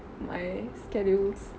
my schedules